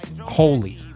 holy